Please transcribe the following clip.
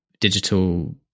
digital